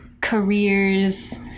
careers